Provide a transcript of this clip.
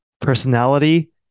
personality